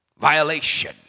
Violation